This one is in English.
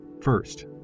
First